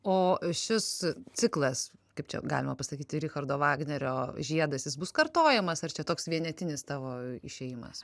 o šis ciklas kaip čia galima pasakyti richardo vagnerio žiedas jis bus kartojamas ar čia toks vienetinis tavo išėjimas